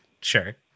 Sure